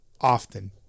often